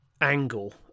angle